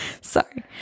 Sorry